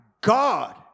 God